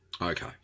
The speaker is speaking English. Okay